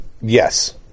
Yes